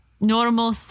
normal